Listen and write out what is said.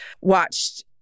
watched